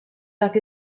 dak